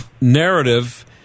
narrative